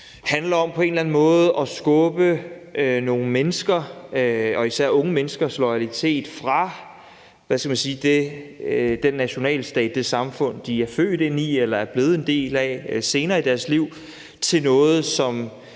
eller anden måde at skubbe nogle mennesker og især unge menneskers loyalitet fra, hvad skal man sige, den nationalstat og det samfund, de er født ind i eller er blevet en del af senere i deres liv, og over til